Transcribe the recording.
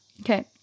Okay